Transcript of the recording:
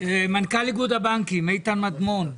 מנכ"ל איגוד הבנקים איתן מדמון.